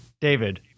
david